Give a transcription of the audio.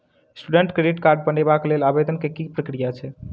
Student credit card बनेबाक लेल आवेदन केँ की प्रक्रिया छै?